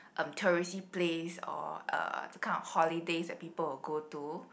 a tourist place or uh the kind of holidays that people will go to